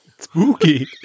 Spooky